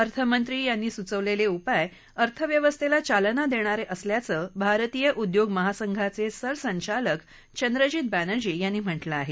अर्थमंत्र्यांनी सुचवलेले उपाय अर्थव्यवस्थेला चालना देणार असल्याचं भारतीय उद्योग महासंघाचे सरसंचालक चंद्रजीत बॅनर्जी यांनी म्हटलं आहे